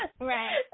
Right